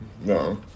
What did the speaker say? no